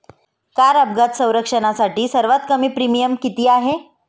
Car अपघात संरक्षणासाठी सर्वात कमी प्रीमियम किती आहे?